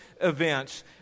Events